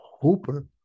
Hooper